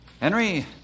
Henry